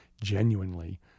genuinely